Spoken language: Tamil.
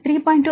5 முதல் 3